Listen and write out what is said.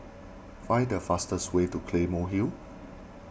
find the fastest way to Claymore Hill